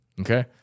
okay